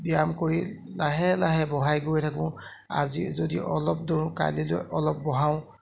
ব্যায়াম কৰি লাহে লাহে বঢ়াই গৈ থাকোঁ আজি যদি অলপ দৌৰোঁ কাইলৈ অলপ বঢ়াওঁ